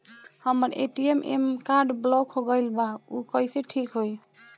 हमर ATM card block हो गईल बा ऊ कईसे ठिक होई?